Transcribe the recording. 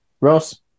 Ross